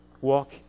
walk